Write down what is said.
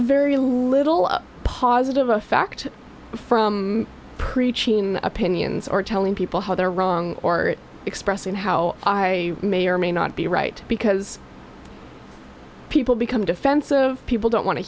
very little positive effect from pre teen opinions or telling people how they're wrong or expressing how i may or may not be right because people become defensive people don't want to